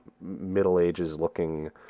Middle-ages-looking